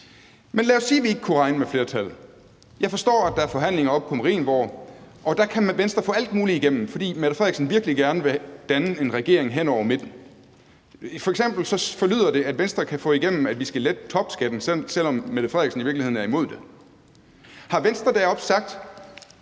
Men lad os sige, vi ikke kunne regne med flertallet. Jeg forstår, at der er forhandlinger oppe på Marienborg, og der kan Venstre få alt muligt igennem, fordi den fungerende statsminister virkelig gerne vil danne en regering hen over midten. F.eks. forlyder det, at Venstre kan få igennem, at vi skal lette topskatten, selv om den fungerende statsminister i virkeligheden er imod det. Har Venstre deroppe sagt: